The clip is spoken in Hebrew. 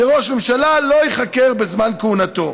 שראש ממשלה לא ייחקר בזמן כהונתו.